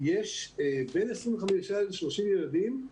בין 25 ל-30 ילדים,